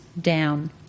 down